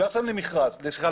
את שולחת אותם למכון מיון,